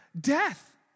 death